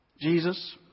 Jesus